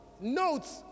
notes